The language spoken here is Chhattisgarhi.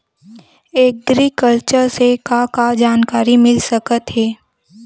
एग्रीकल्चर से का का जानकारी मिल सकत हे?